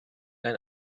ein